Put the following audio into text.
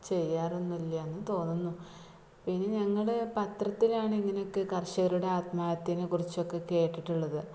ചെയ്യാറൊന്നുമില്ലയെന്നു തോന്നുന്നു പിന്നെ ഞങ്ങൾ പത്രത്തിലാണ് ഇങ്ങനെയൊക്കെ കർഷകരുടെ ആത്മഹത്യേനെ കുറിച്ചൊക്കെ കേട്ടിട്ടുള്ളത്